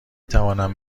توانم